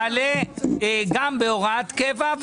יושווה ויעלה גם בהוראת קבע.